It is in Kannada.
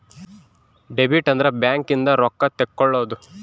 ಡೆಬಿಟ್ ಅಂದ್ರ ಬ್ಯಾಂಕ್ ಇಂದ ರೊಕ್ಕ ತೆಕ್ಕೊಳೊದು